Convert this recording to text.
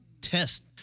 test